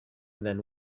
then